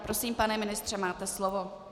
Prosím, pane ministře, máte slovo.